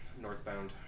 Northbound